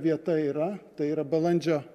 vieta yra tai yra balandžio